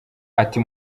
ati